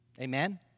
Amen